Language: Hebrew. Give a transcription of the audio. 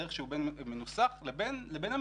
הדרך שבה הוא מנוסח לבין המציאות,